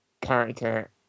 character